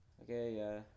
Okay